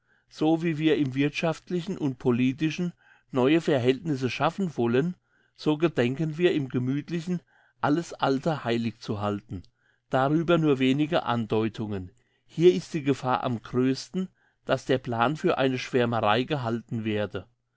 so wie wir im wirthschaftlichen und politischen neue verhältnisse schaffen wollen so gedenken wir im gemüthlichen alles alte heilig zu halten darüber nur wenige andeutungen hier ist die gefahr am grössten dass der plan für eine schwärmerei gehalten werde